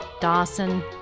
Dawson